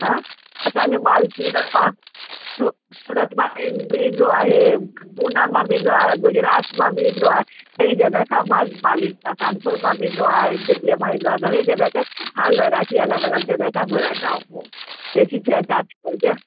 हां असांजो मालु सूरत मां सू सूरत मां ई बि ईंदो आहे पूना मां बि ईंदो आहे गुजरात मां बि ईंदो आहे कई जॻहि खां मालु ईंदो आहे कानपुर मां बि ईंदो आहे दिल्लीअ मां ईंदो आहे घणी जॻहि ते हर वैराएटी अलॻि अलॻि जॻहि तां घुराईंदा आहियूं जेकी शइ जिते मिलंदी आहे